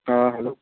হ্যাঁ হ্যালো